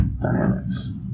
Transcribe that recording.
dynamics